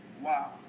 Wow